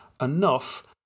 enough